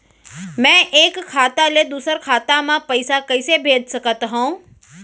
मैं एक खाता ले दूसर खाता मा पइसा कइसे भेज सकत हओं?